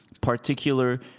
particular